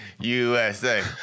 USA